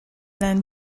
than